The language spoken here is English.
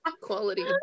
Quality